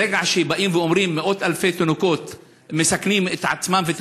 ברגע שאומרים: מאות אלפי תינוקות מסכנים את עצמם ואת